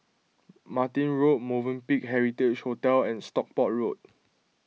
Martin Road Movenpick Heritage Hotel and Stockport Road